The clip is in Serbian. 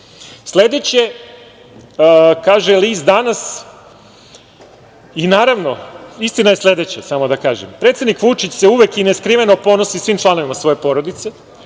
naravno. Sledeće kaže list „Danas“… Naravno, istina je sledeća, samo da kažem, predsednik Vučić se uvek i neskriveno ponosi svim članovima svoje porodice.